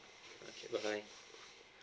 okay bye bye